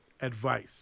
Advice